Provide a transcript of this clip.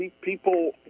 people